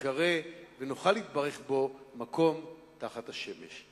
שייקרא ונוכל להתברך בו, מקום תחת השמש.